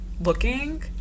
looking